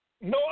no